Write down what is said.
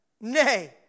nay